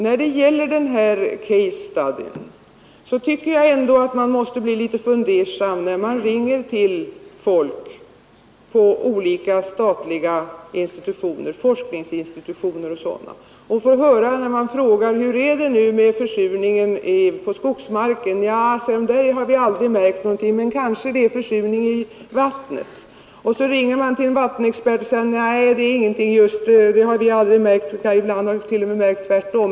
När det gäller denna case study tycker jag ändå att man kan bli litet fundersam när man ringer till folk på olika statliga forskningsoch andra institutioner och på frågan hur det är med försurningen på skogsmarken får svaret: ”Nja, där har vi aldrig märkt någon försurning, men det kanske det är i vattnet.” Och sedan svarar en vattenexpert: ”Nej, någon sådan har vi aldrig märkt, utan ibland har vi t.o.m. funnit att det är tvärtom.